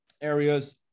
areas